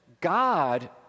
God